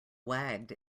wagged